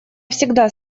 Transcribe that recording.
всегда